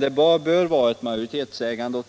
Det bör vara ett majoritetsägande, och